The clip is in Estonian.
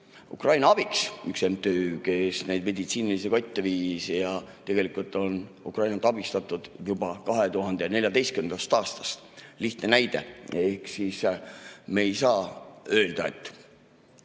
Ukraina Abiks üks MTÜ, kes neid meditsiinilisi kotte viis ja tegelikult on Ukrainat abistatud juba 2014. aastast. Lihtne näide! Ehk siis me ei saa öelda, et